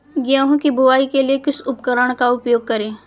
गेहूँ की बुवाई के लिए किस उपकरण का उपयोग करें?